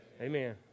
Amen